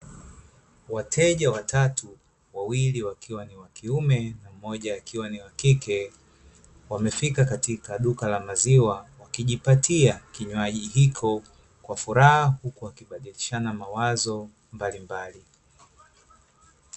Wateja watatu, wawili wakiwa ni wa kiume mmoja akiwa ni wa kike wamefika katika duka la maziwa wakijipatia kinywaji hiko kwa furaha huku wakibadilishana mawazo mbalimbali.